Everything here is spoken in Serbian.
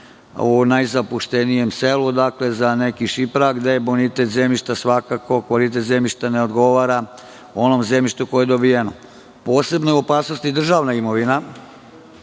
u najzapuštenijem selu, dakle za nekih šiprag, gde bonitet zemljišta, svakako kvalitet zemljišta ne odgovara onom zemljištu koje je dobijeno. Posebno je u opasnosti državna imovina